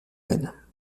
rênes